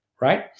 Right